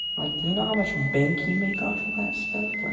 like you you know how much bank you make off of that stuff?